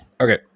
Okay